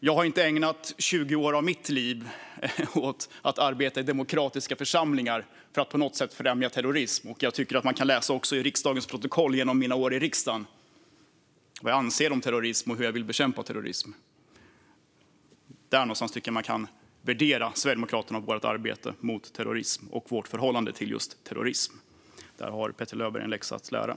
Jag har inte ägnat 20 år av mitt liv åt att arbeta i demokratiska församlingar för att på något sätt främja terrorism. Man kan läsa i riksdagens protokoll från mina år i riksdagen vad jag anser om terrorism och hur jag vill bekämpa terrorism. På det sättet tycker jag att man kan värdera Sverigedemokraterna, vårt arbete mot terrorism och vårt förhållande till terrorism. Där har Petter Löberg en läxa att lära.